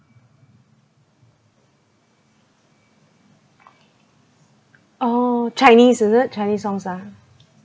oh chinese is it chinese songs ah